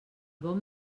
bon